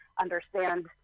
understand